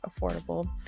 affordable